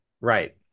Right